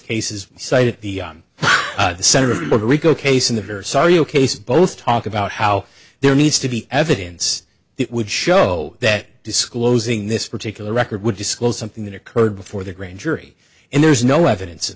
cases cited the on the senate of the rico case in the very sorry a case both talk about how there needs to be evidence that would show that disclosing this particular record would disclose something that occurred before the grand jury and there's no evidence